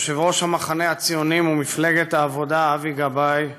יושב-ראש המחנה הציוני ומפלגת העבודה אבי גבאי,